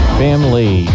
family